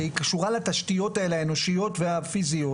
והיא קשורה לתשתיות האנושיות והפיזיות.